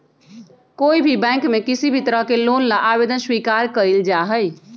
कोई भी बैंक में किसी भी तरह के लोन ला आवेदन स्वीकार्य कइल जाहई